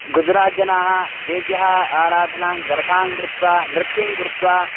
गुजरात् जनाः देव्याः आराधनां गर्भां कृत्वा नृत्यं कृत्वा